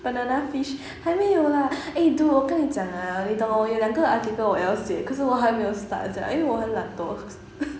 banana fish 还没有 lah eh dude 我跟你讲啊你懂我有两个 article 我要写可是我还没有 start sia 因为我很懒惰